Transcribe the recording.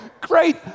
great